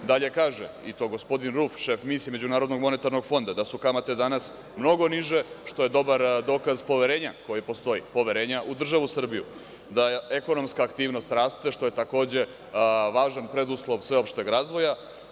Dalje kaže i to gospodin Ruf, šef misije MMF, da su kamate danas mnogo niže što je dobar dokaz poverenja koje postoji, poverenje u državu Srbiju, da ekonomska aktivnost raste, što je takođe važan preduslov sveopšteg razvoja.